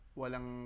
walang